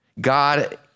God